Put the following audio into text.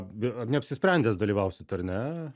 be neapsisprendęs dalyvausit ar ne